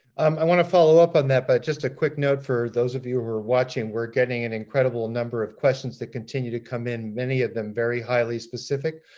i want to follow up on that, but just a quick note for those of you who are watching, we're getting an incredible number of questions that continue to come in, many of them very highly specific.